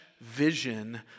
vision